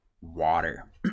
water